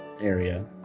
area